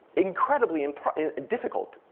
incredibly and difficult.